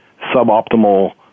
suboptimal